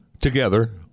together